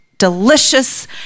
delicious